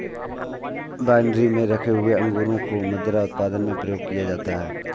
winery में रखे हुए अंगूरों को मदिरा उत्पादन में प्रयोग किया जाता है